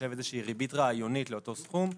מחשב ריבית רעיונית לאותו סכום,